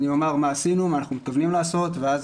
אומר מה עשינו ומה אנחנו מתכוונים לעשות ואז